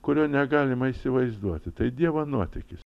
kurio negalima įsivaizduoti tai dievo nuotykis